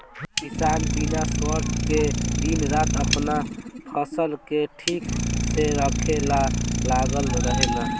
किसान बिना स्वार्थ के दिन रात आपन फसल के ठीक से रखे ला लागल रहेला